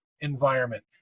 environment